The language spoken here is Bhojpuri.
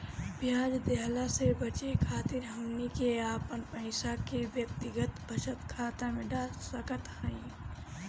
ब्याज देहला से बचे खातिर हमनी के अपन पईसा के व्यक्तिगत बचत खाता में डाल सकत हई